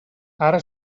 ara